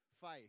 Faith